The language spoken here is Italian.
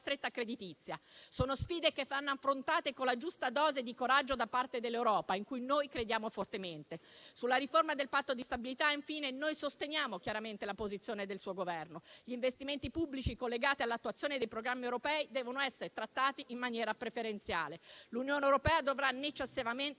stretta creditizia. Sono sfide che vanno affrontate con la giusta dose di coraggio da parte dell'Europa, in cui noi crediamo fortemente. Sulla riforma del Patto di stabilità, infine, noi sosteniamo chiaramente la posizione del suo Governo. Gli investimenti pubblici collegati all'attuazione dei programmi europei devono essere trattati in maniera preferenziale. L'Unione europea dovrà necessariamente